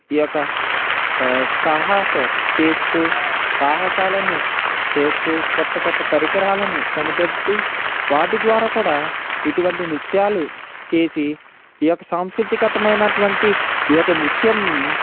ఈ యొక్క సాహసం చేస్తూ సాహసాలను చేస్తూ కొత్త కొత్త పరికరాలను కనిపెట్టి వాటి ద్వారా కూడా ఇటువంటి నృత్యాలు చేసి ఈ యొక్క సాంసృతికతమైనటువంటి ఈ యొక్క నృత్యము